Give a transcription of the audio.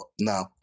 no